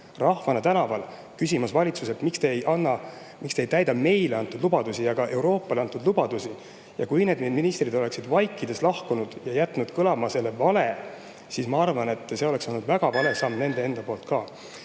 rahvana tänaval, küsimas valitsuselt: "Miks te ei täida meile antud lubadusi ja ka Euroopale antud lubadusi?" Kui need ministrid oleksid vaikides lahkunud ja jätnud kõlama selle vale, siis ma arvan, et see oleks olnud ka nende poolt